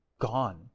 gone